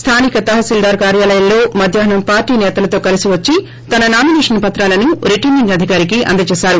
స్థానిక తహశీల్దార్ కార్యాలయంలో మధ్యాహ్నం పార్టీ సేతలతో కలిసి వచ్చి తన నామిసేషన్ పత్రాలను రిటర్పింగ్ అధికారికి అందజేశారు